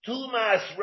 Tumas